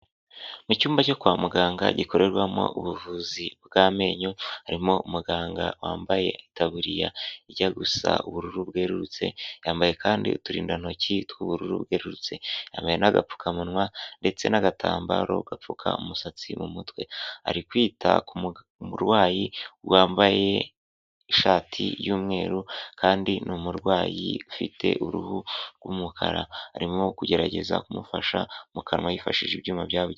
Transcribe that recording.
Mu cyumba cyo kwa muganga gikorerwamo ubuvuzi bw'amenyo, harimo umuganga wambaye itaburiya ijya gusa ubururu bwerurutse, yambaye kandi uturindantoki tw'ubururu bwerurutse hamwe n'agapfukamunwa ndetse n'agatambaro gapfuka umusatsi mu mutwe. Ari kwita ku murwayi wambaye ishati y'umweru kandi ni umurwayi ufite uruhu rw'umukara. Arimo kugerageza kumufasha mu kanwa yifashishije ibyuma byabugenewe.